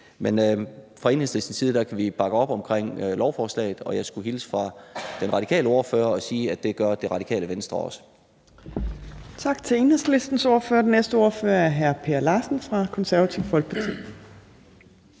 Men fra Enhedslistens side kan vi bakke op om lovforslaget, og jeg skulle hilse fra den radikale ordfører og sige, at det gør Det Radikale Venstre også. Kl. 13:23 Fjerde næstformand (Trine Torp): Tak til Enhedslistens ordfører. Den næste ordfører er hr. Per Larsen fra Konservative Folkeparti.